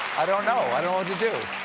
i don't know, i don't know what to do.